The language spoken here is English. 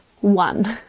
one